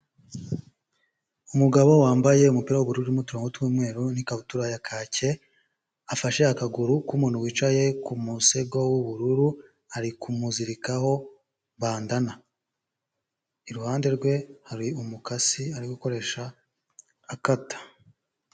Umugabo wambaye umupira w'ubururu urimo uturongo tw'umweru n'ikabutura ya kake, afashe akaguru k'umuntu wicaye ku musego w'ubururu, ari kumuzirikaho bandana, iruhande rwe hari umukasi ari gukoresha akata.